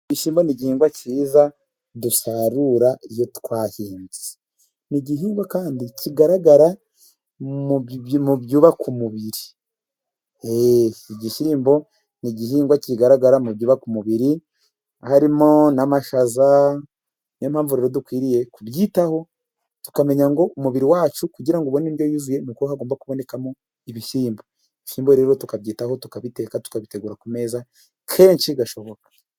Ishyimo ni gihingwa cyiza dusarura iyo twahinze. Ni igihingwa kandi kigaragara mu byubaka umubiri. Igishyimbo ni igihingwa kigaragara mu byubaka umubiri, harimo n'amashaza. Niyo mpamvu rero dukwiriye kubyitaho tukamenya ngo umubiri wacu kugira ubone indyo yuzuye, ni uko hagomba kubonekamo ibishyimbombo, Ibishyimbo rero tukabyitaho tukabiteka tukabitegura ku meza kenshi gashoboka.